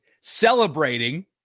celebrating